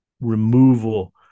removal